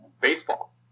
Baseball